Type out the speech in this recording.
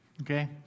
Okay